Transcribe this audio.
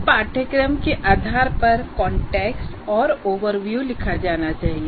इस पाठ्यक्रम के आधार पर कॉन्टेक्स्ट और ओवरव्यू लिखा जाना चाहिए